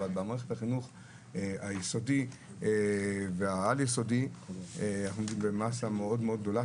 אבל במערכת החינוך היסודי והעל-יסודי אנחנו במאסה מאוד גדולה,